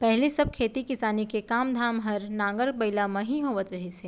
पहिली सब खेती किसानी के काम धाम हर नांगर बइला म ही होवत रहिस हे